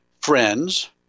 friends